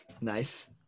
Nice